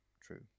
True